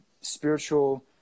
spiritual